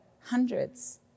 hundreds